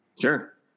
sure